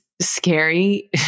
scary